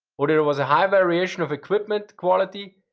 although, there was a high variation of equipment quality,